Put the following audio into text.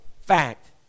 fact